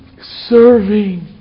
serving